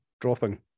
dropping